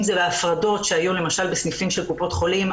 אם זה בהפרדות שהיו למשל בסניפים של קופות חולים.